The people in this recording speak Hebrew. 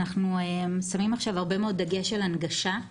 אנחנו שמים עכשיו דגש רב על הנגשה,